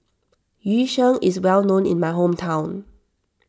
Yu Sheng is well known in my hometown